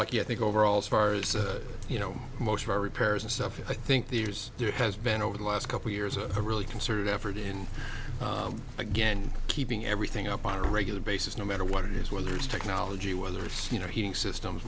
lucky i think overall as far as you know most of our repairs and stuff i think there's there has been over the last couple years a really concerted effort in again keeping everything up on a regular basis no matter what it is whether there's technology whether it's you know heating systems